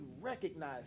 recognize